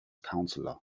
counselor